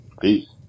Peace